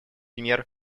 мер